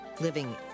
Living